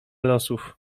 losów